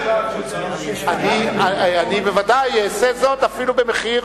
אני בוודאי אעשה זאת אפילו במחיר,